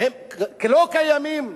הם כלא קיימים,